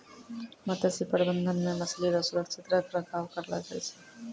मत्स्य प्रबंधन मे मछली रो सुरक्षित रख रखाव करलो जाय छै